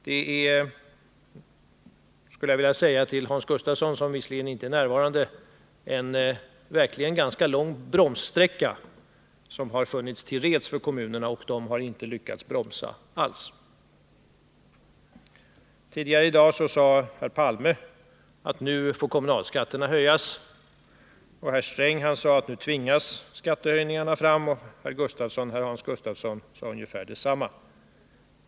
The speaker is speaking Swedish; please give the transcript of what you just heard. Det är, skulle jag vilja säga till Hans Gustafsson, trots att han inte är närvarande, verkligen en ganska lång bromssträcka som kommunerna haft att tillgå, men de har inte lyckats bromsa alls. Tidigare i dag sade herr Palme att nu får kommunalskatterna höjas. Herr Sträng sade att nu tvingas skattehöjningar fram, och herr Hans Gustafsson sade ungefär detsamma.